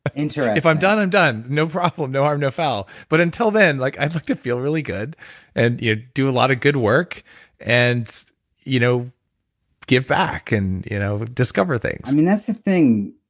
but interesting if i'm done, i'm done. no problem. no harm, no foul. but until then, like i'd like to feel really good and yeah do a lot of good work and you know give back, and you know, discover things that's the thing.